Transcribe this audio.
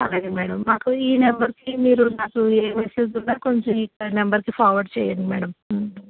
అలాగే మ్యాడమ్ మాకు ఈ నెంబర్కి మీరు నాకు ఏ మెసేజ్ ఉన్నా కొంచెం ఈ నెంబర్కి ఫార్వార్డ్ చెయ్యండి మ్యాడమ్